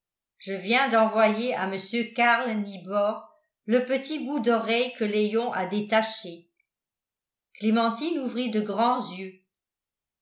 je viens d'envoyer à mr karl nibor le petit bout d'oreille que léon a détaché clémentine ouvrit de grands yeux